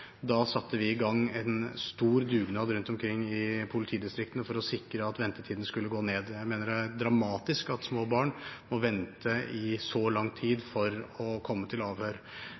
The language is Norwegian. satte vi i gang en stor dugnad rundt omkring i politidistriktene for å sikre at ventetiden skulle gå ned. Jeg mener det er dramatisk at små barn må vente i så lang tid for å komme til